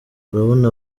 urabona